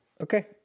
Okay